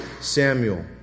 Samuel